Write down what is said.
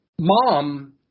Mom